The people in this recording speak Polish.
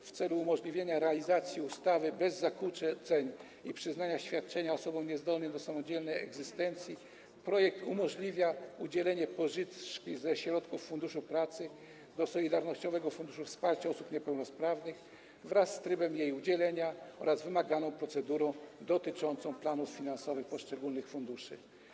W celu umożliwienia realizacji ustawy bez zakłóceń i przyznania świadczenia osobom niezdolnym do samodzielnej egzystencji w projekcie przewidziano możliwość udzielenia pożyczki ze środków Funduszu Pracy do Solidarnościowego Funduszu Wsparcia Osób Niepełnosprawnych, wraz z trybem jej udzielenia oraz wymaganą procedurą dotyczącą planów finansowych poszczególnych funduszy.